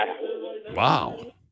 Wow